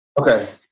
Okay